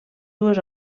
dues